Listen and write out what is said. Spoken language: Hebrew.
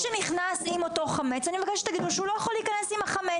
שנכנס עם אותו חמץ אני מבקש שתגידו לו שהוא לא יכול להיכנס עם החמץ.